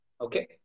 Okay